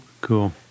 Cool